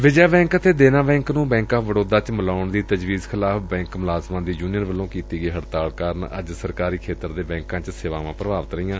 Vijaya bank ਅਤੇ Dena bank ਨੂੰ bank of Baroda ਨਾਲ ਮਿਲਾਉਣ ਦੀ ਤਜਵੀਜ਼ ਖਿਲਾਫ਼ ਬੈਂਕ ਮੁਲਾਜ਼ਮਾਂ ਦੀ ਯੁਨੀਅਨ ਵੱਲੋ ਕੀਤੀ ਗਈ ਹੜਤਾਲ ਕਾਰਨ ਅੱਜ ਸਰਕਾਰੀ ਖੇਤਰ ਦੇ ਬੈਕਾਂ ਚ ਸੇਵਾਵਾਂ ਪ੍ਰਭਾਵਿਤ ਰਹੀਆਂ